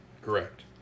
Correct